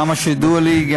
עד כמה שידוע לי,